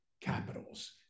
capitals